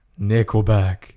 nickelback